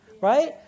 right